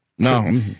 No